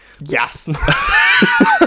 Yes